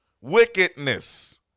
Wickedness